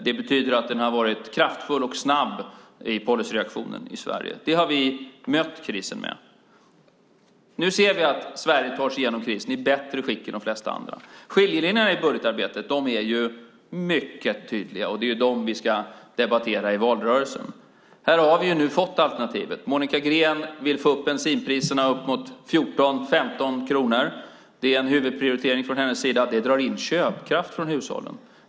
Det betyder att policyreaktionen i Sverige har varit kraftfull och snabb. Det har vi mött krisen med. Nu ser vi att Sverige tar sig igenom krisen i bättre skick än de flesta andra. Skiljelinjerna i budgetarbetet är mycket tydliga. Det är dem vi ska debattera i valrörelsen. Nu har vi fått alternativet. Monica Green vill höja bensinpriserna upp mot 14-15 kronor. Det är en huvudprioritering från hennes sida. Det drar in köpkraft från hushållen.